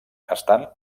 estan